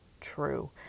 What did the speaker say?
true